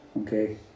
Okay